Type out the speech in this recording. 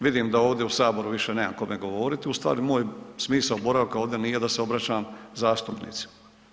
Vidim da ovdje u Saboru više nemam kome govoriti, ustvari moj smisao boravka ovdje nije da se obraćam zastupnicima.